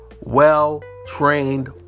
well-trained